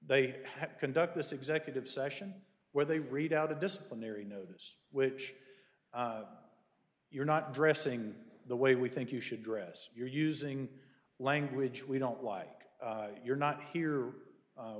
to conduct this executive session where they read out a disciplinary notice which you're not dressing the way we think you should dress you're using language we don't like you're not here